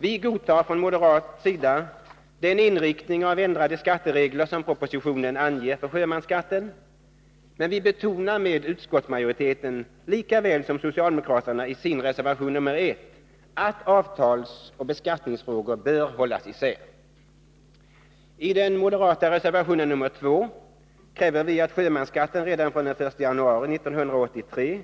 Vi godtar från moderat sida den inriktning av ändrade skatteregler som anges i propositionen beträffande sjömansskatten, men vi betonar med utskottsmajoriteten, lika väl som socialdemokraterna i sin reservation nr 1, att avtalsoch beskattningsfrågor bör hållas isär. I den moderata reservationen nr 2 kräver vi att sjömansskatten redan från den 1 januari 1983